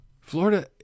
Florida